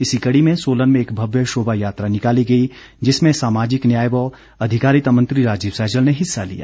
इसी कड़ी में सोलन में एक भव्य शोभा यात्रा निकाली गई जिसमें सामाजिक न्याय व अधिकारिता मंत्री राजीव सहजल ने हिस्सा लिया